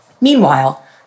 Meanwhile